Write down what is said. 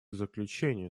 заключению